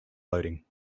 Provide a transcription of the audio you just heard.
loading